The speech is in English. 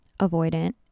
avoidant